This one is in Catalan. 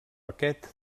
aquest